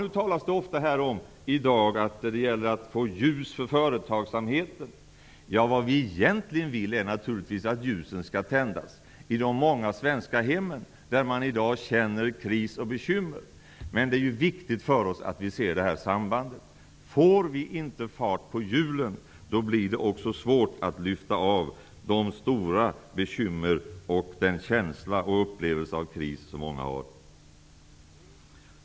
Det talas ofta om att skapa ljus för företagsamheten. Vad vi egentligen vill är att ljusen skall tändas i de många svenska hem där man i dag känner av kris och bekymmer. Men det är viktigt att se sambandet. Om vi inte får fart på hjulen blir det också svårt att lyfta av de stora bekymmer och den känsla av kris som många har.